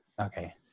okay